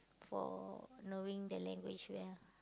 for knowing the language well